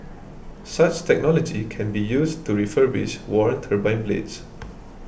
such technology can be used to refurbish worn turbine blades